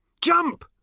Jump